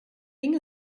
ging